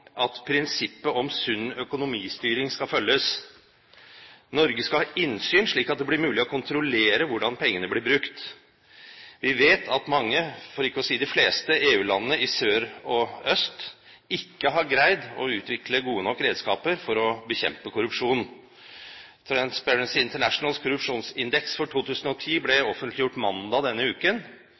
at prinsippet om sunn økonomistyring skal følges. Norge skal ha innsyn, slik at det blir mulig å kontrollere hvordan pengene blir brukt. Vi vet at mange, for ikke å si de fleste, EU-land i sør og øst ikke har greid å utvikle gode nok redskaper for å bekjempe korrupsjon. Transparency Internationals korrupsjonsindeks for 2010 ble offentliggjort mandag denne uken.